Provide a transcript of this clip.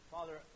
Father